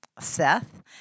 Seth